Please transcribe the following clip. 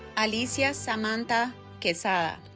alicia samantha quezada